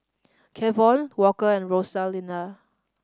Kevon Walker and Rosalinda